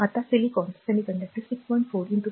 आता silicon semiconductor 6